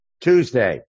Tuesday